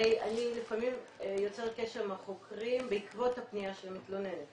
הרי אני לפעמים יוצרת קשר עם החוקרים בעקבות הפנייה של מתלוננת.